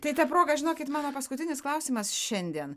tai ta proga žinokit mano paskutinis klausimas šiandien